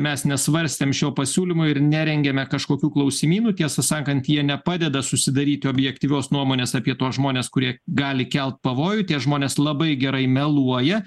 mes nesvarstėm šio pasiūlymo ir nerengėme kažkokių klausimynų tiesą sakant jie nepadeda susidaryti objektyvios nuomonės apie tuos žmones kurie gali kelt pavojų tie žmonės labai gerai meluoja